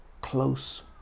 close